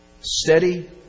steady